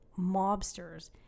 mobsters